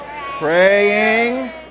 Praying